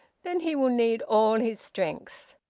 then he will need all his strength!